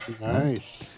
Nice